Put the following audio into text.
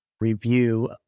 review